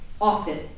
often